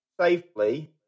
safely